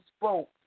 spoke